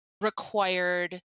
required